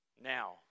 Now